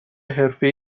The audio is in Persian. حرفه